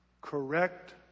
correct